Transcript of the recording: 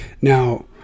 now